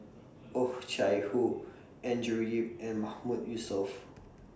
Oh Chai Hoo Andrew Yip and Mahmood Yusof